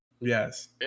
Yes